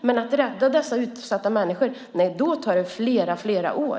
Men att rädda dessa utsatta människor tar flera år.